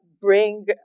bring